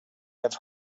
have